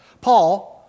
Paul